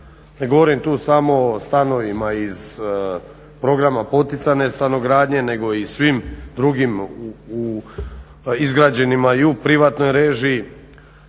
ne govorim tu samo o stanovima iz programa poticajne stanogradnje nego i u svim drugim izgrađenima i u privatnoj režiji